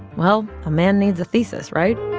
well, a man needs a thesis, right?